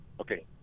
Okay